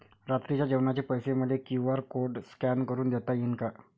रात्रीच्या जेवणाचे पैसे मले क्यू.आर कोड स्कॅन करून देता येईन का?